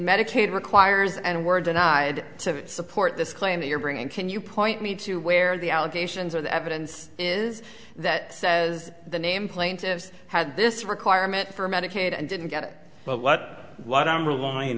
medicaid requires and were denied to support this claim that you're bringing can you point me to where the allegations are the evidence is that says the name plaintiffs had this requirement for medicaid and didn't get it but what what i'm relying